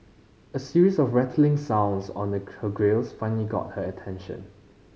a series of rattling sounds on the her grilles finally got her attention